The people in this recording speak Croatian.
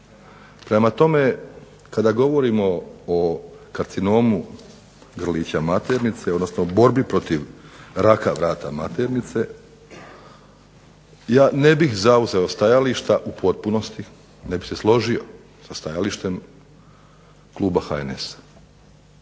Prema tome, kada govorimo o karcinomu grlića maternice, odnosno borbi protiv raka vrata maternice ja ne bih zauzeo stajališta u potpunosti, ne bih se složio sa stajalištem kluba HNS-a.